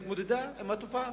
התמודדה עם התופעה.